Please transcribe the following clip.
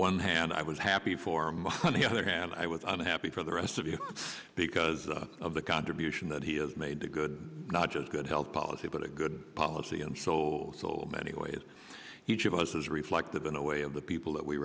one hand i was happy for him on the other hand i was unhappy for the rest of you because of the contribution that he has made to good not just good health policy but a good policy in so many ways each of us is reflective in a way of the people that we